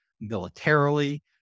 militarily